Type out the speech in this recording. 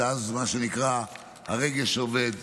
שאז מה שנקרא הרגש עובד,